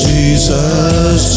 Jesus